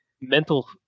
mental